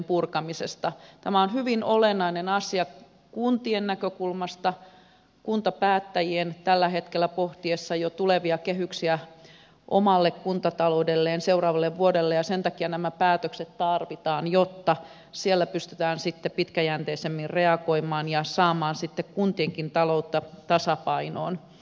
tämä on hyvin olennainen asia kuntien näkökulmasta kuntapäättäjien tällä hetkellä pohtiessa jo tulevia kehyksiä omalle kuntataloudelleen seuraavalle vuodelle ja sen takia nämä päätökset tarvitaan jotta siellä pystytään sitten pitkäjänteisemmin reagoimaan ja saamaan sitten kuntienkin taloutta tasapainoon